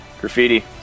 graffiti